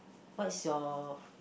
what is your